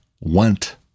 want